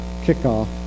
kickoff